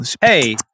Hey